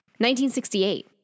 1968